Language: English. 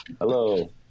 Hello